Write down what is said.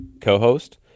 co-host